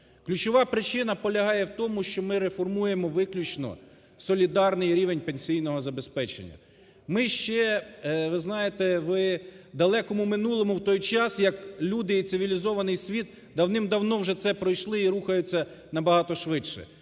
Ключова причина полягає в тому, що ми реформуємо виключно солідарний рівень пенсійного забезпечення. Ми ще, ви знаєте, в далекому минулому в той час, як люди і цивілізований світ давним-давно вже це пройшли і рухаються набагато швидше.